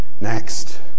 next